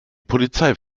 polizei